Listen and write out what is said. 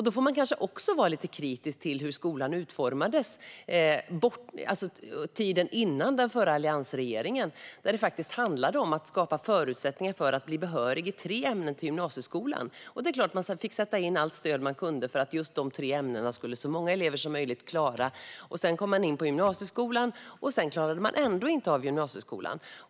Då får man kanske också vara lite kritisk till hur skolan utformades under tiden före den förra alliansregeringen, då det faktiskt handlade om att skapa förutsättningar för eleverna att i tre ämnen bli behöriga till gymnasieskolan. Det är klart att man fick sätta in allt stöd man kunde, för just de tre ämnena skulle så många elever som möjligt klara. Sedan kom de in på gymnasieskolan och klarade ändå inte av den.